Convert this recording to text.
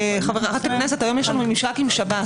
חברת הכנסת, היום יש לנו ממשק עם שב"ס.